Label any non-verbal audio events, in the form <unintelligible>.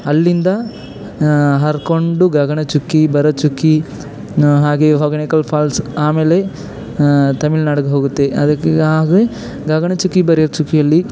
ಅಲ್ಲಿಂದ ಹರ್ಕೊಂಡು ಗಗನಚುಕ್ಕಿ ಭರಚುಕ್ಕಿ ಹಾಗೇ ಹೊಗೆನೆಕಲ್ ಫಾಲ್ಸ್ ಆಮೇಲೆ ತಮಿಳ್ನಾಡಿಗೆ ಹೋಗುತ್ತೆ ಅದಕ್ಕೆ <unintelligible> ಗಗನಚುಕ್ಕಿ ಭರಚುಕ್ಕಿಯಲ್ಲಿ